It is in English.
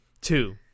two